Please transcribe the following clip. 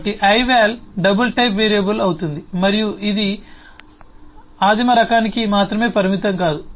కాబట్టి ఐవల్ double type variable అవుతుంది మరియు ఇది ఆదిమ రకానికి మాత్రమే పరిమితం కాదు